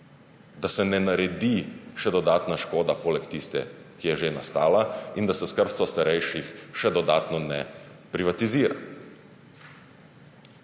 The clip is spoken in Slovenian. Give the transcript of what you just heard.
da se ne naredi še dodatna škoda poleg tiste, ki je že nastala, in da se skrbstvo starejših še dodatno ne privatizira.